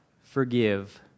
forgive